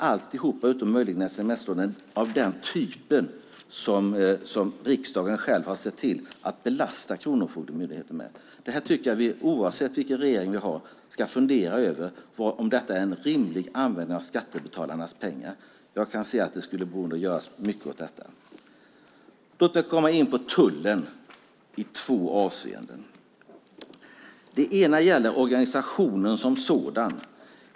Alla utom möjligen sms-lånen är sådana som riksdagen sett till att belasta Kronofogdemyndigheten med. Oavsett vilken regering vi har tycker jag att vi ska fundera över om det är en rimlig användning av skattebetalarnas pengar. Jag anser att det skulle kunna göras mycket åt detta. Låt mig sedan komma in på frågan om tullen - i två avseenden. Det ena gäller organisationen som sådan.